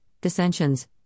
dissensions